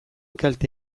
kalte